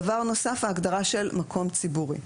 דבר נוסף ההגדרה של מקום ציבורי.